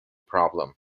problem